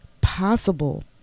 possible